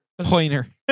Pointer